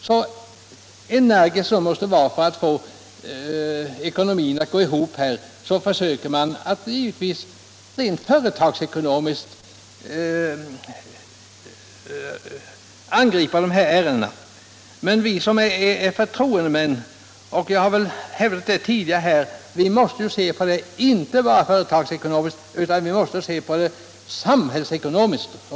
Så energisk som man måste vara inom SJ för att få ekonomin att gå ihop försöker man givetvis angripa de här ärendena rent företagsekonomiskt, men vi som är förtroendemän måste — det har jag hävdat här tidigare — se dem inte bara företagsekonomiskt utan framför allt samhällsekonomiskt.